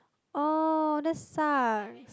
oh that's suck